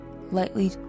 lightly